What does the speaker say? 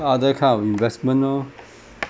other kind of investment lor